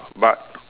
but